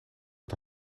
wat